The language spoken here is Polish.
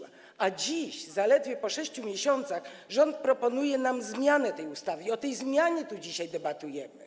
A dziś, zaledwie po 6 miesiącach, rząd proponuje nam zmianę tej ustawy i o tej zmianie dzisiaj debatujemy.